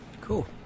Cool